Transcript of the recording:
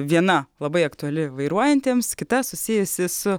viena labai aktuali vairuojantiems kita susijusi su